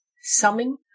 summing